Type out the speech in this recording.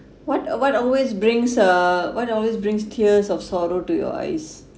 what what always brings uh what always brings tears of sorrow to your eyes